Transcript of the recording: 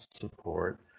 support